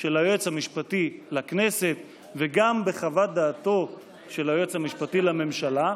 של היועץ המשפטי לכנסת וגם בחוות דעתו של היועץ המשפטי לממשלה,